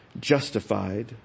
justified